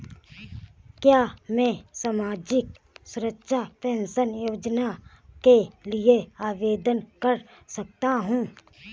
क्या मैं सामाजिक सुरक्षा पेंशन योजना के लिए आवेदन कर सकता हूँ?